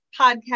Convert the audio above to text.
podcast